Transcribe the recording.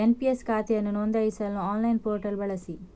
NPS ಖಾತೆಯನ್ನು ನೋಂದಾಯಿಸಲು online portal ಬಳಸಿ